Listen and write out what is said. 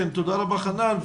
תודה רבה חנן.